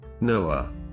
Noah